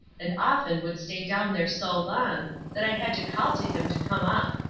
and often would stay down there so long that i had to call to him to come up.